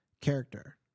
Character